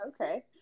okay